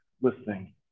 listening